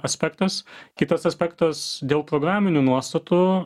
aspektas kitas aspektas dėl programinių nuostatų